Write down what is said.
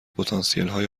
پتانسیلهای